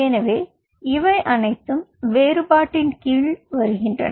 எனவே இவை அனைத்தும் வேறுபாட்டின் கீழ் வருகின்றன